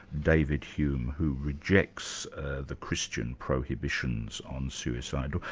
david hume, who rejects the christian prohibitions on suicide.